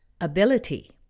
ability